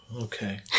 Okay